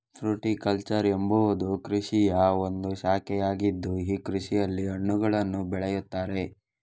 fruticulture ಎಂಬುವುದು ಕೃಷಿಯ ಒಂದು ಶಾಖೆಯಾಗಿದ್ದು ಈ ಕೃಷಿಯಲ್ಲಿ ಹಣ್ಣುಗಳನ್ನು ಬೆಳೆಯುತ್ತಾರೆ